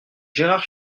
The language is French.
gérard